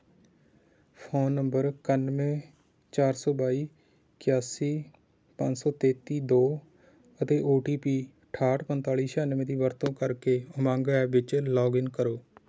phone number ਇਕਾਨਵੇਂ ਚਾਰ ਸੌ ਬਾਈ ਇਕਾਸੀ ਪੰਜ ਸੌ ਤੇਤੀ ਦੋ ਅਤੇ ਓ ਟੀ ਪੀ ਅਠਾਹਠ ਪੰਤਾਲ਼ੀ ਛਿਆਨਵੇਂ ਦੀ ਵਰਤੋਂ ਕਰਕੇ ਉਮੰਗ ਐਪ ਵਿੱਚ ਲੌਗਇਨ ਕਰੋ